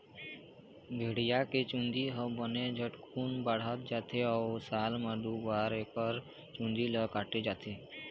भेड़िया के चूंदी ह बने झटकुन बाढ़त जाथे अउ साल म दू बार एकर चूंदी ल काटे जाथे